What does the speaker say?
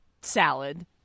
salad